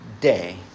day